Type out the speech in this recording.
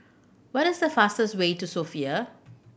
what is the fastest way to Sofia